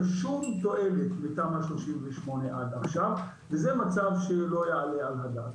שום תועלת מתמ"א 38 עד עכשיו וזה מצב שלא יעלה על הדעת.